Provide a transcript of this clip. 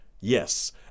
Yes